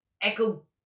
Echo